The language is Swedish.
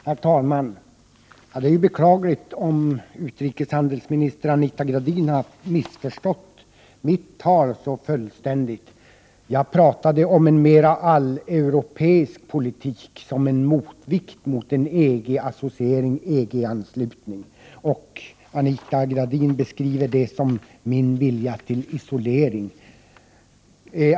Herr talman! Det är beklagligt om utrikeshandelsministern har missförstått mitt tal så fullständigt. Jag talade om en mera alleuropeisk politik som en motvikt till en EG-associering/EG-anslutning. Men enligt Anita Gradins beskrivning skulle jag vilja ha en isolering.